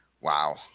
Wow